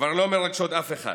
כבר לא מרגשות אף אחד.